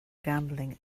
gambling